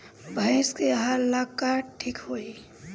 भइस के आहार ला का ठिक होई?